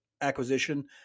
acquisition